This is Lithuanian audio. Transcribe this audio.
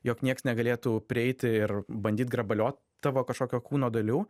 jog nieks negalėtų prieiti ir bandyt grabaliot tavo kažkokio kūno dalių